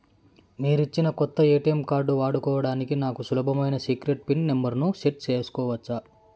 మీరిచ్చిన కొత్త ATM card వాడుకోవడానికి నాకు సులభమైన సీక్రెట్ పిన్ నెంబర్ ను సెట్ సేసుకోవచ్చా?